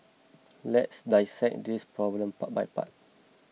let's dissect this problem part by part